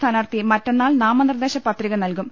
സ്ഥാനാർഥി മറ്റന്നാൾ നാമനിർദ്ദേ ശപത്രിക നൽകും